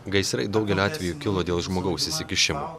gaisrai daugeliu atvejų kilo dėl žmogaus įsikišimo